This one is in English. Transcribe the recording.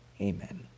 amen